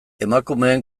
emakumeen